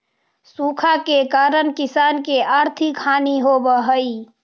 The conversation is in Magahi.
सूखा के कारण किसान के आर्थिक हानि होवऽ हइ